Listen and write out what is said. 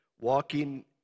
walking